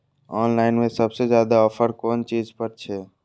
Online में सबसे ज्यादा ऑफर कोन चीज पर छे?